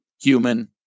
human